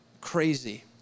crazy